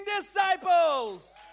Disciples